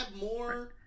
more